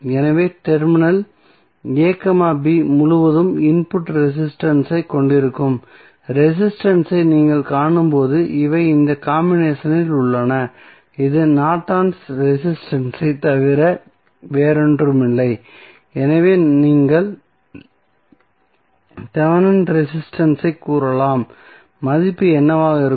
ஆகவே terminal a b முழுவதும் input resistance ஐ கொண்டிருக்கும் ரெசிஸ்டன்ஸ் ஐ நீங்கள் காணும்போது இவை இந்த காம்பினேஷன் இல் உள்ளன இது நார்டன்ஸ் ரெசிஸ்டன்ஸ் ஐத் தவிர வேறொன்றுமில்லை அல்லது நீங்கள் தெவெனின் ரெசிஸ்டன்ஸ் ஐ கூறலாம் மதிப்பு என்னவாக இருக்கும்